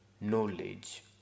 Knowledge